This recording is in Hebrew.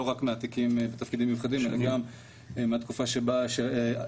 לא רק מהתיקים בתפקידים מיוחדים אלא גם מהתקופה שבה שירתי,